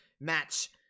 match